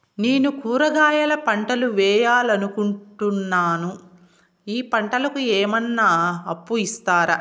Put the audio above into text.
నేను కూరగాయల పంటలు వేయాలనుకుంటున్నాను, ఈ పంటలకు ఏమన్నా అప్పు ఇస్తారా?